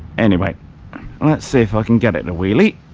anyway and that's see if i can get it to wheelie